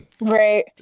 Right